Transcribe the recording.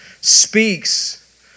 speaks